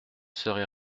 serai